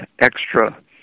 extra